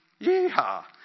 Yeehaw